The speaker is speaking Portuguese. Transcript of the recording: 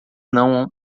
não